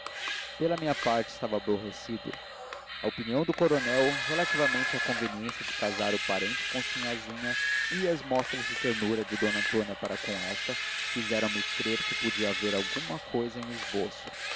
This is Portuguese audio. pela minha parte estava aborrecido a opinião do coronel relativamente à conveniência de casar o parente com sinhazinha e as mostras de ternura de d antônia para com esta fizeram-me crer que podia haver alguma cousa em esboço